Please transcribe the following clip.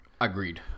Agreed